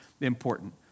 important